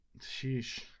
Sheesh